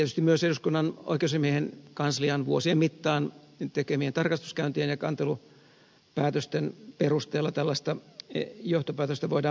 tietysti myös eduskunnan oikeusasiamiehen kanslian vuosien mittaan tekemien tarkastuskäyntien ja kantelupäätösten perusteella tällaista johtopäätöstä voidaan myöskin tehdä